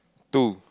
two